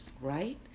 Right